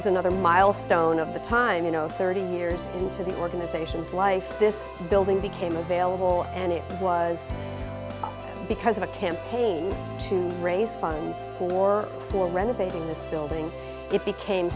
was another milestone of the time you know thirty years into the organization's life this building became available and it was because of a campaign to raise funds for for renovating this building i